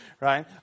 right